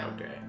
Okay